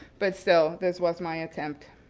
but still, this was my attempt.